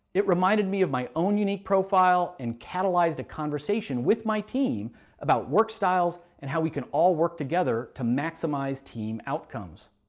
it reminded me of my own unique profile, and catalyzed a conversation with my team about work styles and how we can all work together to maximize team outcomes.